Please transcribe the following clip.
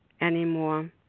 anymore